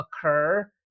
occur